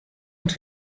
und